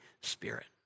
Spirit